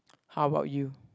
how about you